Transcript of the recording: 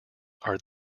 are